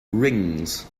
rings